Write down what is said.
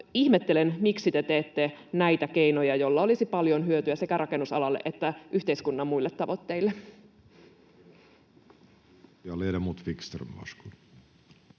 Ihmettelen, miksi te teette näitä keinoja, joista olisi paljon hyötyä sekä rakennusalalle että yhteiskunnan muille tavoitteille.